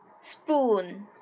Spoon